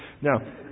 Now